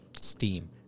steam